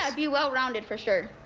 ah be well-rounded for sure.